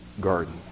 garden